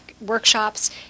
workshops